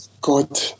god